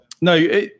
no